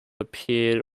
appeared